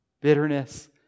bitterness